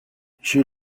she